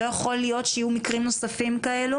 לא יכול להיות שיהיו מקרים נוספים כאלו